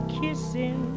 kissing